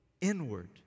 inward